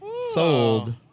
sold